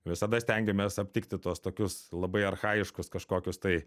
visada stengiamės aptikti tuos tokius labai archajiškus kažkokius tai